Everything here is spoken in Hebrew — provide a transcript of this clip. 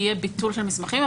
יהיה ביטול של מסמכים,